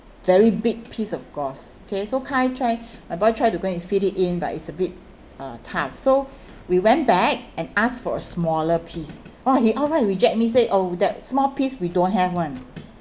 very big piece of gauze okay so kai try my boy try to go and fill it in but it's a bit uh tough so we went back and asked for a smaller piece !wah! he outright reject me say oh that small piece we don't have one